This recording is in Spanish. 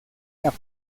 cap